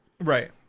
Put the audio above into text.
Right